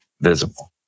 visible